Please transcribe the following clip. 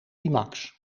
imax